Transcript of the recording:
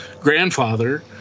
grandfather